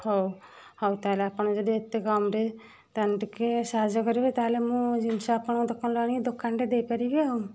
ହଉ ହଉ ତାହେଲେ ଆପଣ ଯଦି ଏତେ କମରେ ତାହେନେ ଟିକେ ସାହାଯ୍ୟ କରିବେ ତାହେଲେ ମୁଁ ଜିନଷ ଆପଣଙ୍କ ଦୋକାନରୁ ଆଣିକି ଦୋକାନଟେ ଦେଇ ପାରିବି ଆଉ